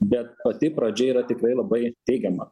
bet pati pradžia yra tikrai labai teigiama